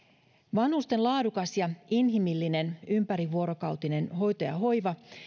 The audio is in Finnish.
vanhusten laadukas ja inhimillinen ympärivuorokautinen hoito ja hoiva